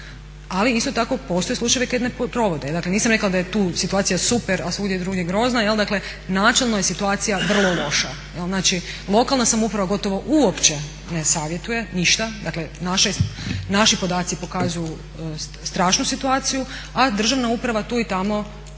Ali isto tako postoje slučajevi koje ne provode. Dakle, nisam rekla da je tu situacija super, a svugdje drugdje grozna. Dakle, načelno je situacija vrlo loša. Znači, lokalna samouprava gotovo uopće ne savjetuje ništa. Dakle, naši podaci pokazuju strašnu situaciju, a državna uprava tu i tamo